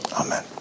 Amen